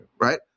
right